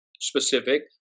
specific